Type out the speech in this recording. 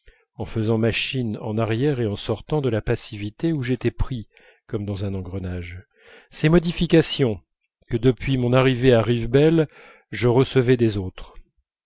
en faisant machine en arrière et en sortant de la passivité où j'étais pris comme dans un engrenage ces modifications que depuis mon arrivée à rivebelle je recevais des autres